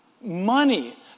Money